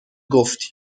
گفتی